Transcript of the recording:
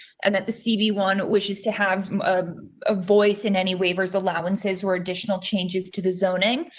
and that the cv one wishes to have a voice in any waivers allowances or additional changes to the zoning.